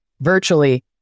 virtually